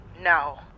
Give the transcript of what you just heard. No